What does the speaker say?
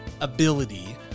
ability